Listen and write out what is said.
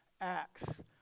acts